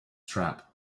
strap